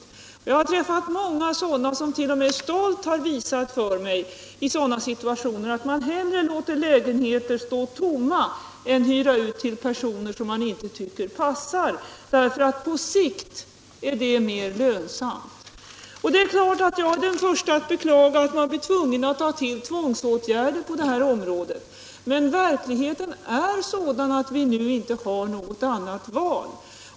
Jag har träffat många som i sådana situationer t.o.m. stolt har visat för mig att man hellre låter lägenheter stå tomma — eftersom detta på sikt är mer lönsamt — än man hyr ut dem till personer som man inte tycker passar där. Jag är den första att beklaga att man blir tvungen att ta till tvångsåtgärder på det här området, men verkligheten är sådan att vi nu inte har något annat val.